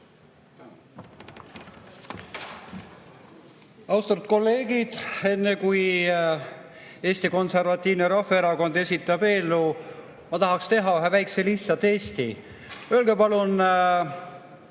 Austatud kolleegid! Enne kui Eesti Konservatiivne Rahvaerakond esitab eelnõu, ma tahaksin teha ühe väikese lihtsa testi. Öelge palun,